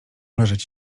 leżeć